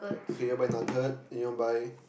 okay you want buy nugget and you want buy